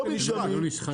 לא מדגמית,